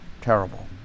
Terrible